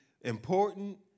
important